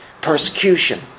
persecution